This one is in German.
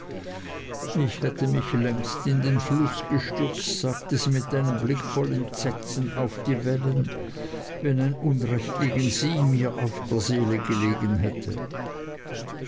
ich hätte mich längst in den fluß gestürzt sagte sie mit einem blick voll entsetzen auf die wellen wenn ein unrecht gegen sie mir auf der seele gelegen hätte